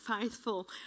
faithful